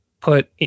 put